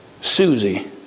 Susie